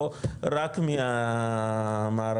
או רק מהערבי,